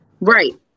Right